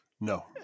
No